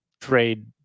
trade